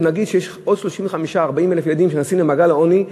עוד 35,000 40,000 ילדים שנכנסים למעגל העוני,